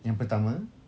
yang pertama